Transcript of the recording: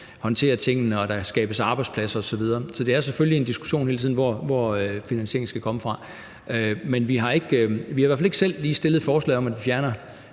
håndtere tingene, og at der skabes arbejdspladser osv. Så der er selvfølgelig hele tiden en diskussion om, hvor finansieringen skal komme fra, men vi har i hvert fald ikke selv lige stillet forslag om, at vi fjerner